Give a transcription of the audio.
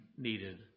needed